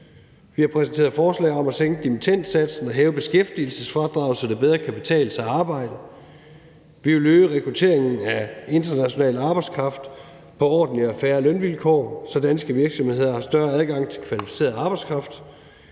Vi har præsenteret forslag om at sænke dimittendsatsen og hæve beskæftigelsesfradraget, så det bedre kan betale sig at arbejde; vi vil øge rekrutteringen af international arbejdskraft på ordentlige og fair lønvilkår, så danske virksomheder får større adgang til kvalificeret arbejdskraft;